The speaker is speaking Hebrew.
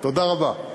תודה רבה.